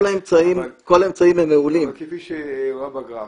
האמצעים הם מעולים --- אבל כפי שראינו בגרף,